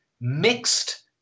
mixed